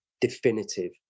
definitive